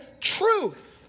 truth